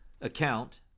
account